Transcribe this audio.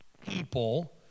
people